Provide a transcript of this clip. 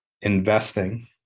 investing